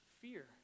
fear